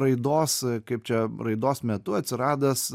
raidos kaip čia raidos metu atsiradęs